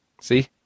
See